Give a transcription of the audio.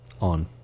on